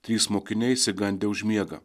trys mokiniai išsigandę užmiega